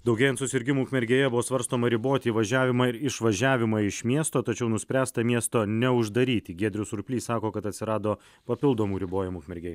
daugėjant susirgimų ukmergėje buvo svarstoma riboti įvažiavimą ir išvažiavimą iš miesto tačiau nuspręsta miesto neuždaryti giedrius surplys sako kad atsirado papildomų ribojimų ukmergėj